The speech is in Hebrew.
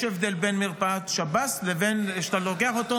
יש הבדל בין מרפאת שב"ס לבין שאתה לוקח אותו